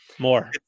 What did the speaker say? more